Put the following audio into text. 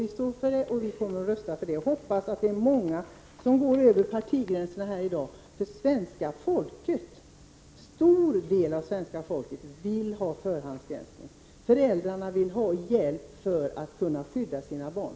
Vi står för den, och vi kommer att rösta på reservationerna och hoppas att många går över partigränserna i dag. En stor del av svenska folket vill ha en förhandsgranskning. Föräldrarna vill ha hjälp att skydda sina barn.